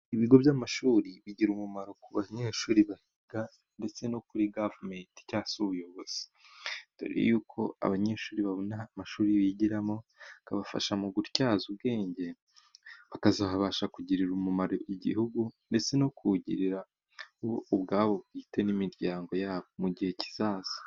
Ibigo by'amashuri bigira umumaro ku banyeshuri bahiga, ndetse no kuri guverinoma cyangwa se ubuyobozi, dore y'uko abanyeshuri babona amashuri bigiramo, bikabafasha mu gutyaza ubwenge, bakazabasha kugirira umumaro igihugu, ndetse no kuwigirira bo ubwabo bwite, n'imiryango yabo mu gihe kizaza.